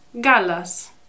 Galas